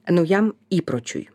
naujam įpročiui